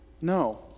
No